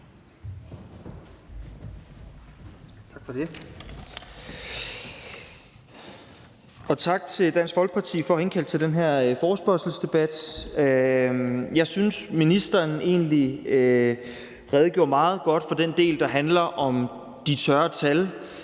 Tak for det. Og tak til Dansk Folkeparti for at indkalde til den her forespørgselsdebat. Jeg synes, ministeren egentlig redegjorde meget godt for den del, der handler om de tørre tal,